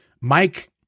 Mike